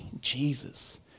Jesus